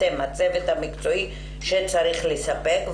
לצוות המקצועי שצריך לספק,